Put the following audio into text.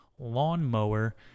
lawnmower